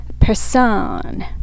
Person